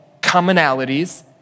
commonalities